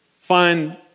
find